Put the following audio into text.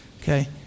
okay